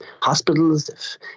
hospitals